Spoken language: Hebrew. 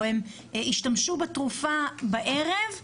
או שהם השתמשו בתרופה בערב,